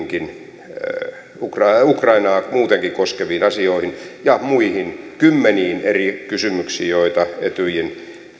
kuin ukrainaa koskeviin asioihin muutenkin ja kymmeniin muihin eri kysymyksiin joita etyjin